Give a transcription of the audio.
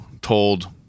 told